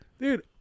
dude